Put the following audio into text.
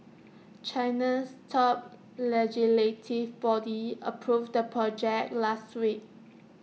China's top legislative body approved the project last week